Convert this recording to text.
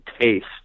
taste